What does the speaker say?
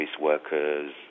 workers